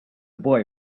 boy